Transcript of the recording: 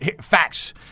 facts